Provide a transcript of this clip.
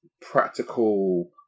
practical